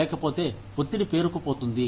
లేకపోతే ఒత్తిడి పేరుకుపోతుంది